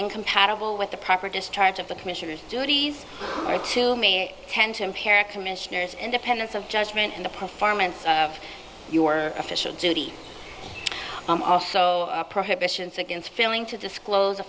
incompatible with the proper discharge of the commissioner's duties or two may tend to impair commissioners independence of judgment in the performance of your official duty i'm also a prohibition against feeling to disclose a